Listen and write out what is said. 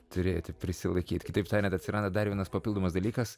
turėti prisilaikyt kitaip tariant atsiranda dar vienas papildomas dalykas